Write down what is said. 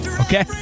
Okay